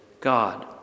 God